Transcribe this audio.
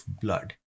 blood